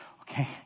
Okay